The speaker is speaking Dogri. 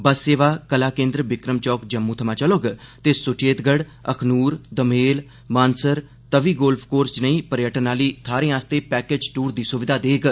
बस सेवा कला केन्द्र विक्रम चौक जम्मू थमां चलोग ते सुवेतगढ़ अखनूर दोमेल मानसर तवी गोल्फ कोर्स जनेई पर्यटन आली थाहरें आस्तै पैकेज दूर दी प्रक्रिया देग